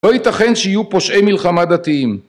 לא ייתכן שיהיו פושעי מלחמה דתיים